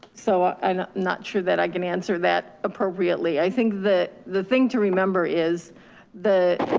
so i'm not sure that i can answer that appropriately. i think that the thing to remember is the,